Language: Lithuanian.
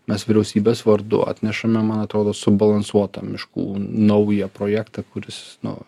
mes vyriausybės vardu atnešame man atrodo subalansuotą miškų naują projektą kuris nu